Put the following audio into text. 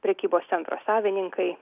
prekybos centro savininkai